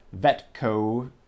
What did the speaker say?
Vetco